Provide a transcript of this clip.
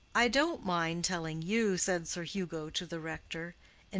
i don't mind telling you, said sir hugo to the rector,